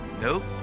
Nope